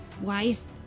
Wise